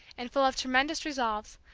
and, full of tremendous resolves,